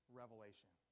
revelation